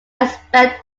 aspect